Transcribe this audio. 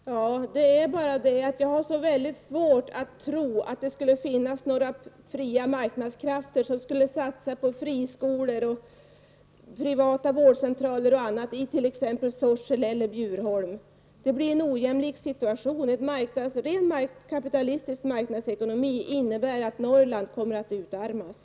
Herr talman! Det är bara det att jag har så väldigt svårt att tro att det finns några fria marknadskrafter som skulle satsa på friskolor och privata vårdcentraler och annat i t.ex. Sorsele eller Bjurholm. Det blir en ojämlik situation. En rent kapitalistisk marknadsekonomi innebär att Norrland kommer att utarmas.